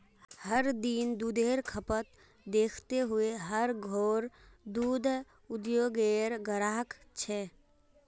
हर दिन दुधेर खपत दखते हुए हर घोर दूध उद्द्योगेर ग्राहक छे